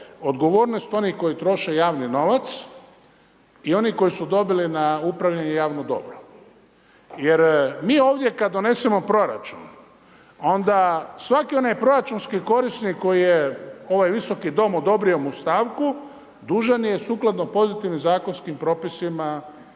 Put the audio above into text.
odgovornost onih koji troše javni novac i onih koji su dobili na upravljanju javno dobro. Jer mi ovdje kad donesemo proračun onda svaki onaj proračunski korisnik koji je ovaj visoki Dom odobrio mu stavku dužan je sukladno pozitivnim zakonskim propisima